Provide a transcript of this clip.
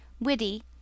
witty